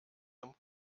zum